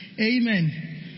Amen